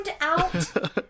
out